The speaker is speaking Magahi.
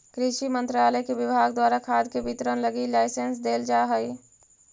कृषि मंत्रालय के विभाग द्वारा खाद के वितरण लगी लाइसेंस देल जा हइ